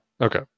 Okay